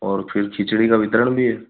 और फिर खिचड़ी का वितरण भी है